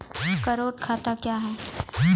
Current खाता क्या हैं?